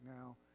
now